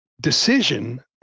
decision